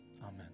Amen